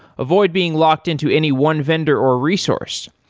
avoid being locked-in to any one vendor or resource.